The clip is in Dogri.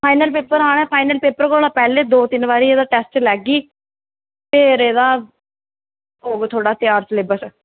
फाईनल पेपर आने ते फाईनल पेपर कोला पैह्लें एह्दा दौ तीन बारी पेपर लैगी फिर एह्दा होग थोह्ड़ा त्यार सलेबस